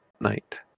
night